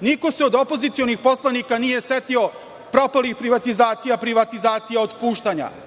Niko se od opozicionih poslanika nije setio propalih privatizacija, privatizacija, otpuštanja. Dame